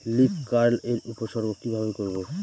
Leaf curl এর উপসর্গ কিভাবে করব?